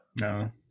No